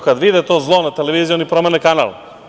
Kada vide to zlo na televiziji, oni promene kanal.